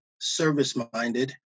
service-minded